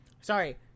sorry